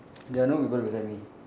there are no people beside me